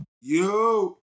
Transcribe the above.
Yo